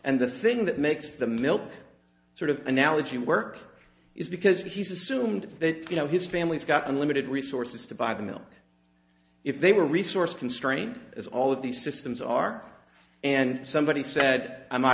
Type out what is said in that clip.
and the thing that makes the milk sort of analogy work is because he's assumed that you know his family's got unlimited resources to buy the milk if they were resource constrained as all of these systems are and somebody said i